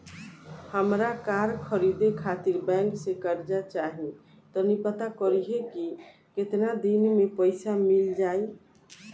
हामरा कार खरीदे खातिर बैंक से कर्जा चाही तनी पाता करिहे की केतना दिन में पईसा मिल जाइ